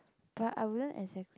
but I wouldn't exact